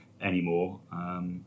anymore